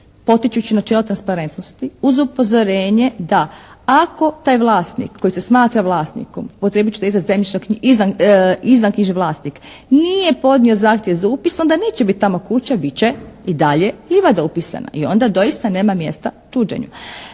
potičući načela transparentnosti uz upozorenje da ako taj vlasnik koji se smatra vlasnikom, upotrijebit ću taj izraz izvanknjižni vlasnik nije podnio zahtjev za upis onda neće biti tamo kuća, bit će i dalje livada upisana i onda doista nema mjesta čuđenju.